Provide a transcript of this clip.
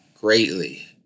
greatly